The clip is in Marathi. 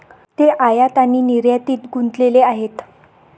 ते आयात आणि निर्यातीत गुंतलेले आहेत